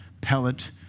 pellet